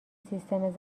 سیستم